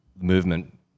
movement